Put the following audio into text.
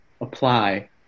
apply